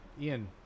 Ian